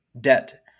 debt